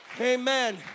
Amen